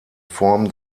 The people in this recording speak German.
form